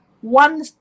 one